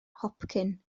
hopcyn